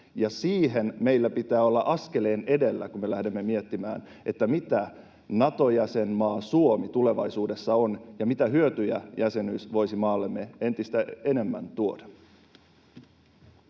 siinä meidän pitää olla askeleen edellä, kun me lähdemme miettimään, mitä Nato-jäsenmaa Suomi tulevaisuudessa on ja mitä hyötyjä jäsenyys voisi maallemme entistä enemmän tuoda.